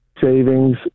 savings